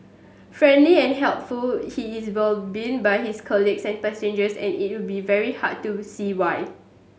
friendly and helpful he is well been by his colleagues and passengers and it'll be very hard to see why